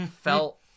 felt